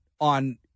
on